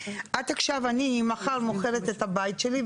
אני מחר מוכרת את הבית שלי,